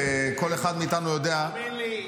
בסוף כל אחד מאיתנו יודע --- תאמין לי,